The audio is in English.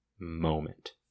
moment